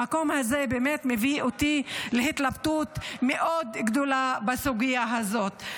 המקום הזה באמת מביא אותי להתלבטות מאוד גדולה בסוגיה הזו.